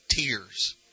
tears